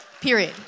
period